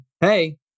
Hey